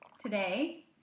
today